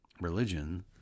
religion